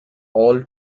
all